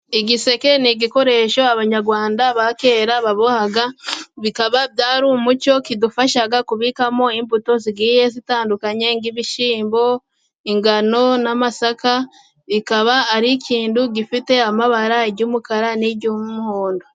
Igiseke ni igikoresho abanyarwanda ba kera babohaga, bikaba byari umuco, kidufasha kubikamo imbuto zigiye zitandukanye, nk'ibishyimbo ingano n'amasaka, kikaba ari ikintu gifite amabara iry'umukara n'iry'umuhondo.